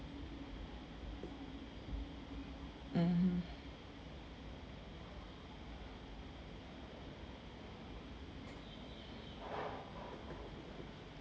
mmhmm